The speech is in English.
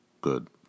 good